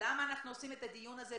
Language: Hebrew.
למה אנחנו עושים את הדיון הזה?